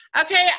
Okay